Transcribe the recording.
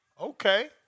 Okay